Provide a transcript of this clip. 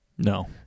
No